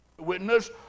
Witness